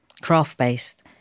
craft-based